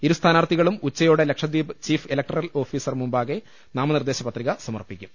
ഇരു സ്ഥാനാർത്ഥി കളും ഉച്ചയോടെ ലക്ഷദ്വീപ് ചീഫ് ഇലക്ടറൽ ഓഫീസർ മുമ്പാകെ നാമനിർദേശ പത്രിക സമർപ്പിക്കും